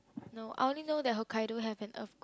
no I only know that Hokkaido have an earth